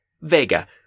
Vega